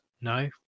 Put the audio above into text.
no